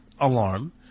alarm